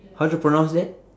how to pronounce that